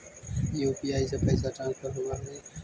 UPI से पैसा transfer होवहै?